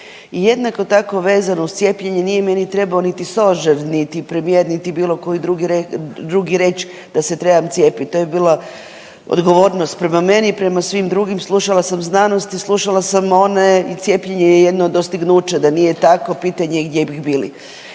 i jednako tako vezano uz cijepljenje nije ni trebao niti stožer, niti premijer niti bilo koji drugi reći da se trebam cijepiti, to je bila odgovornost prema meni i prema svim drugim. Slušala sam znanost i slušala sam one i cijepljenje je jedno od dostignuća, da nije tako pitanje je gdje bi bili.